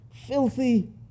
Filthy